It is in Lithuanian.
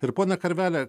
ir ponia karvele